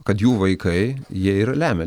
kad jų vaikai jie ir lemia